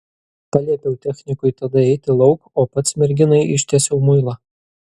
paliepiau technikui tada eiti lauk o pats merginai ištiesiau muilą